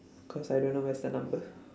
cause I don't know where's the number